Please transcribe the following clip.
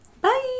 Bye